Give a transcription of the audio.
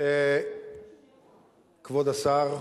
כבוד השר,